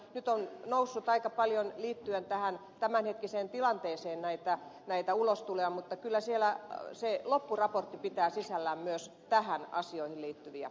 nyt on ollut aika paljon näitä ulostuloja liittyen tähän tämänhetkiseen tilanteeseen mutta kyllä se loppuraportti pitää sisällään myös näihin asioihin liittyviä asioita